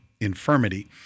infirmity